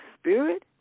Spirit